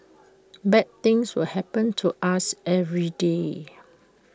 bad things will happen to us every day